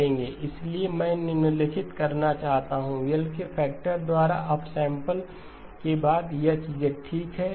इसलिए मैं निम्नलिखित करना चाहता हूं L के फैक्टर द्वारा अपसैंपल के बाद H ठीक है